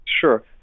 Sure